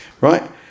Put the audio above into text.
right